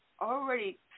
already